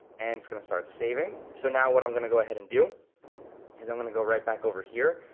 and it's gonna start saving. so now what i'm gonna go ahead and do is i'm gonna go right back over here.